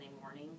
morning